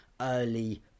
early